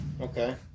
Okay